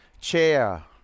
Chair